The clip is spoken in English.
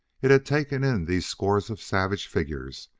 it had taken in these scores of savage figures,